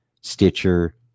Stitcher